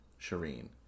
Shireen